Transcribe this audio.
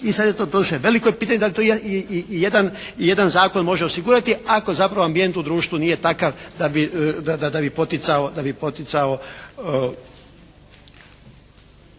i sad je to, doduše veliko je pitanje da li to ijedan zakon može osigurati ako zapravo ambijent u društvu nije takav da bi poticao